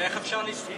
איך אפשר לשכוח?